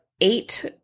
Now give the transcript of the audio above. eight